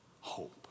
hope